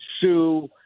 sue